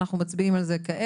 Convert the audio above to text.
אנחנו מצביעים על זה כעת.